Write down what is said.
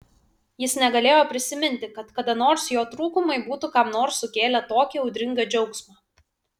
jis negalėjo prisiminti kad kada nors jo trūkumai būtų kam nors sukėlę tokį audringą džiaugsmą